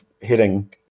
hitting